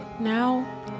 now